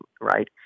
right